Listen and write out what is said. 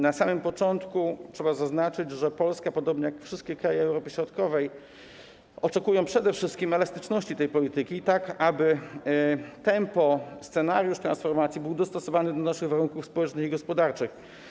Na początku trzeba zaznaczyć, że Polska, podobnie jak wszystkie kraje Europy Środkowej, oczekuje przede wszystkim elastyczności dotyczącej tej polityki, tak aby tempo, scenariusz transformacji były dostosowane do naszych warunków społecznych i gospodarczych.